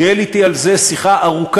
הוא ניהל אתי על זה שיחה ארוכה,